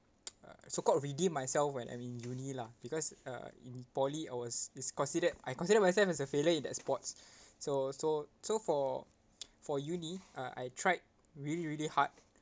uh so called redeem myself when I'm in uni lah because uh in poly I was is considered I consider myself as a failure in that sports so so so for for uni uh I tried really really hard